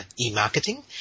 e-marketing